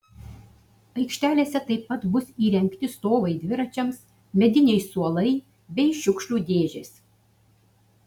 aikštelėse taip pat bus įrengti stovai dviračiams mediniai suolai bei šiukšlių dėžės